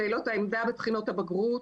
שאלות העמדה בבחינות הבגרות.